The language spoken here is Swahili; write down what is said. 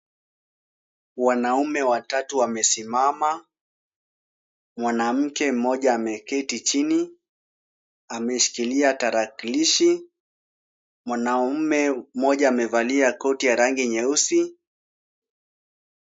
Wanaume watatu wamesimama. Mwanamke mmoja ameketi chini. Ameshikilia tarakilishi. Mwanaume mmoja amevalia koti ya rangi nyeusi.